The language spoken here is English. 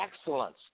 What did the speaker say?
excellence